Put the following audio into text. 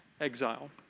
exile